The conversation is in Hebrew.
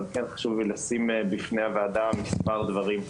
אבל כן חשוב לי לשים בפני הוועדה מספר דברים.